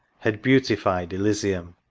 had beautified elysium!